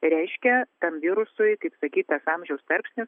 reiškia tam virusui taip sakyt tas amžiaus tarpsnis